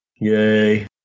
Yay